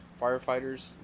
firefighters